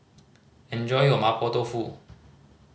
enjoy your Mapo Tofu